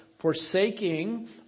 forsaking